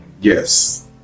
Yes